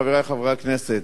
חברי חברי הכנסת,